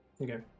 Okay